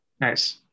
Nice